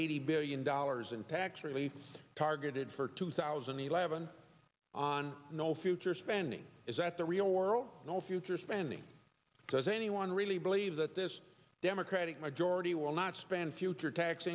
eighty billion dollars in tax relief targeted for two thousand and eleven on no future spending is that the real world and all future spending does anyone really believe that this democratic majority will not spend future tax